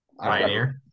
Pioneer